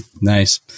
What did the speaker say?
Nice